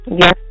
Yes